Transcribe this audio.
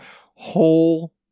whole